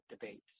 debates